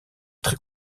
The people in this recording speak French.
très